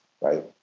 right